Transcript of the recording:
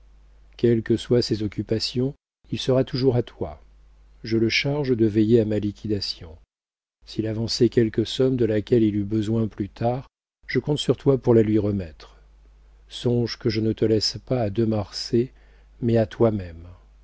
quelles que soient ses occupations il sera toujours à toi je le charge de veiller à ma liquidation s'il avançait quelque somme de laquelle il eût besoin plus tard je compte sur toi pour la lui remettre songe que je ne te laisse pas à de marsay mais à toi-même